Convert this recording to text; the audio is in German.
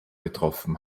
getroffen